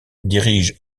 dirige